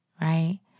right